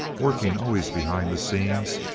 working always behind the scenes,